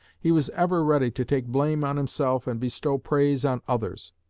he was ever ready to take blame on himself and bestow praise on others.